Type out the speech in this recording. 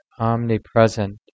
omnipresent